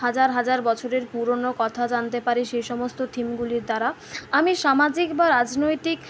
হাজার হাজার বছরের পুরোনো কথা জানতে পারি সেই সমস্ত থিমগুলির দ্বারা আমি সামাজিক বা রাজনৈতিক